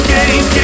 Game